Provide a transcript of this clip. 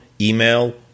email